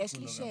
יש לי שאלה.